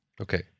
Okay